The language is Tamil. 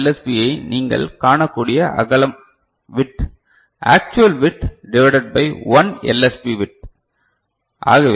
பியை நீங்கள் காணக்கூடிய அகலம் width actual width divided by 1 L